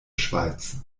schweiz